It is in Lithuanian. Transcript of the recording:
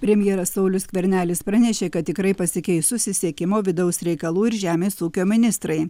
premjeras saulius skvernelis pranešė kad tikrai pasikeis susisiekimo vidaus reikalų ir žemės ūkio ministrai